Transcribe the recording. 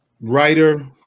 writer